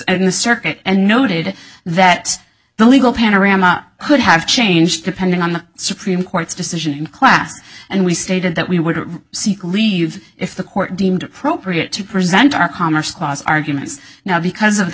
in the circuit and noted that the legal panorama could have changed depending on the supreme court's decision in class and we stated that we would seek leave if the court deemed appropriate to present our commerce clause arguments now because of the